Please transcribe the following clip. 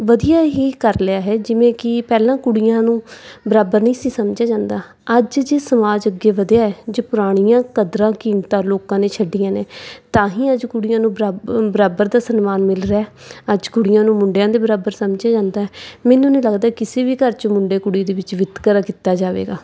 ਵਧੀਆ ਹੀ ਕਰ ਲਿਆ ਹੈ ਜਿਵੇਂ ਕਿ ਪਹਿਲਾਂ ਕੁੜੀਆਂ ਨੂੰ ਬਰਾਬਰ ਨਹੀਂ ਸੀ ਸਮਝਿਆ ਜਾਂਦਾ ਅੱਜ ਜੇ ਸਮਾਜ ਅੱਗੇ ਵਧਿਆ ਜੇ ਪੁਰਾਣੀਆਂ ਕਦਰਾਂ ਕੀਮਤਾਂ ਲੋਕਾਂ ਨੇ ਛੱਡੀਆਂ ਨੇ ਤਾਂ ਹੀ ਅੱਜ ਕੁੜੀਆਂ ਨੂੰ ਬਰਾਬ ਬਰਾਬਰ ਦਾ ਸਨਮਾਨ ਮਿਲ ਰਿਹਾ ਅੱਜ ਕੁੜੀਆਂ ਨੂੰ ਮੁੰਡਿਆਂ ਦੇ ਬਰਾਬਰ ਸਮਝਿਆ ਜਾਂਦਾ ਮੈਨੂੰ ਨਹੀਂ ਲੱਗਦਾ ਕਿਸੇ ਵੀ ਘਰ ਚ ਮੁੰਡੇ ਕੁੜੀ ਦੇ ਵਿੱਚ ਵਿਤਕਰਾ ਕੀਤਾ ਜਾਵੇਗਾ